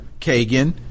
Kagan